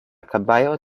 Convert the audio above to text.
caballo